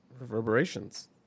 Reverberations